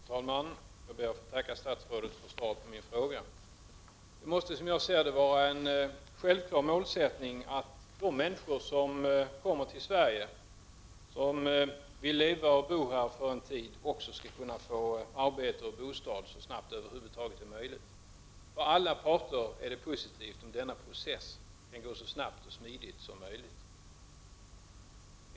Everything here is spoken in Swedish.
Herr talman! Jag ber att få tacka statsrådet för svaret på min fråga. Det måste, som jag ser det, självfallet vara en målsättning att de människor som kommer till Sverige och vill leva och bo här en tid också skall kunna få arbete och bostad så snart det över huvud taget är möjligt. Det är positivt för alla parter om denna process kan gå så snabbt och smidigt som möjligt.